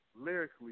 lyrically